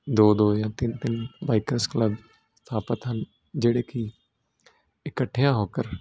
ਦੋ ਦੋ ਜਾਂ ਤਿੰਨ ਤਿੰਨ ਬਾਈਕਰਸ ਕਲੱਬ ਸਥਾਪਿਤ ਹਨ ਜਿਹੜੇ ਕਿ ਇਕੱਠਿਆਂ ਹੋ ਕਰ